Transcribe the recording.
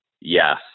yes